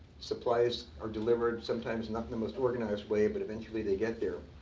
supplies are delivered sometimes not in the most organized way, but eventually they get there.